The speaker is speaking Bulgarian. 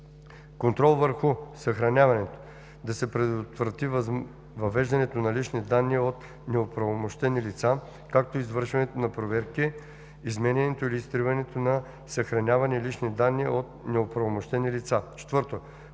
контрол върху съхраняването – да се предотврати въвеждането на лични данни от неоправомощени лица, както и извършването на проверки, изменянето или изтриването на съхранявани лични данни от неоправомощени лица;